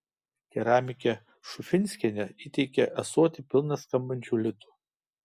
keramikė šufinskienė įteikė ąsotį pilną skambančių litų